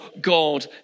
God